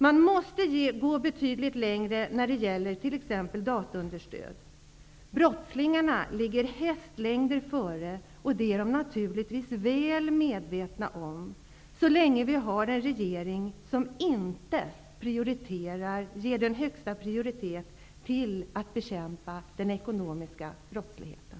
Man måste gå betydligt längre när det t.ex. gäller dataunderstöd. Brottslingarna ligger hästlängder före, och det är de naturligtvis väl medvetna om. Detta fortgår så länge vi har en regering som inte ger högsta prioritet till bekämpningen av den ekonomiska brottsligheten.